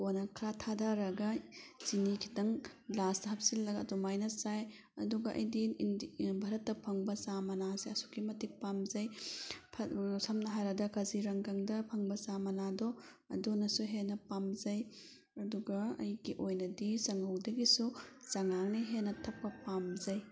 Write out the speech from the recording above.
ꯀꯣꯟꯅ ꯈꯔ ꯊꯥꯗꯔꯒ ꯆꯤꯅꯤ ꯈꯤꯇꯪ ꯒ꯭ꯂꯥꯁꯇ ꯍꯥꯞꯆꯤꯜꯂꯒ ꯑꯗꯨꯃꯥꯏꯅ ꯆꯥꯏ ꯑꯗꯨꯒ ꯑꯩꯗꯤ ꯚꯔꯠꯇ ꯐꯪꯕ ꯆꯥ ꯃꯅꯥꯁꯦ ꯑꯁꯨꯛꯀꯤ ꯃꯇꯤꯛ ꯄꯥꯝꯖꯩ ꯁꯝꯅ ꯍꯥꯏꯔꯕꯗ ꯀꯖꯤꯔꯪꯒꯪꯗ ꯐꯪꯕ ꯆꯥ ꯃꯅꯥꯗꯣ ꯑꯗꯨꯅꯁꯨ ꯍꯦꯟꯅ ꯄꯥꯝꯖꯩ ꯑꯗꯨꯒ ꯑꯩꯒꯤ ꯑꯣꯏꯅꯗꯤ ꯆꯉꯧꯗꯒꯤꯁꯨ ꯆꯉꯥꯡꯅ ꯍꯦꯟꯅ ꯊꯛꯄ ꯄꯥꯝꯖꯩ